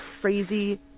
crazy